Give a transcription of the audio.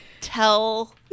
tell